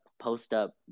post-up